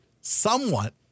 somewhat